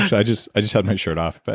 i just i just had my shirt off but